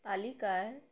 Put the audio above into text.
তালিকায়